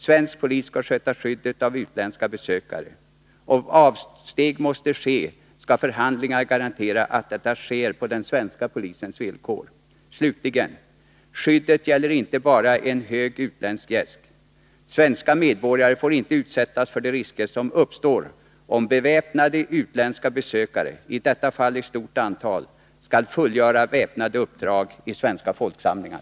Svensk polis skall sköta skyddet av utländska besökare. Om avsteg måste ske, skall förhandlingar garantera att detta sker på den svenska polisens villkor. Slutligen: Skyddet gäller inte bara en hög utländsk gäst. Svenska medborgare får inte utsättas för de risker som uppstår om beväpnade utländska besökare, i detta fall i stort antal, skall fullgöra väpnade uppdrag i svenska folksamlingar.